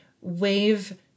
Wave